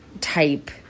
type